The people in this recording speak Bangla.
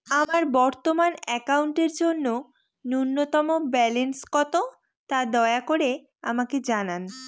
আমার বর্তমান অ্যাকাউন্টের জন্য ন্যূনতম ব্যালেন্স কত, তা দয়া করে আমাকে জানান